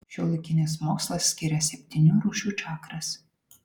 šiuolaikinis mokslas skiria septynių rūšių čakras